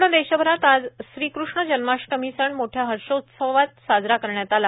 संपूर्ण देशभरात आज श्रीकृष्ण जन्माष्टमी सण मोठया हर्षोउत्साहात साजरा करण्यात आला